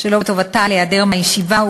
שלא בטובתה להיעדר מהישיבה,